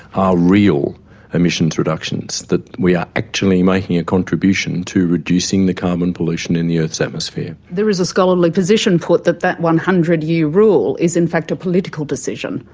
are real emissions reductions, that we are actually making a contribution to reducing the carbon pollution in the earth's atmosphere. there is a scholarly opinion put that that one hundred year rule is in fact a political decision,